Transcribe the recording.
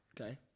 okay